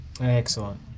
Excellent